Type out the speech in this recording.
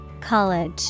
College